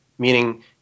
meaning